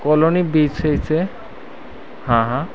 colony B six है से हाँ हाँ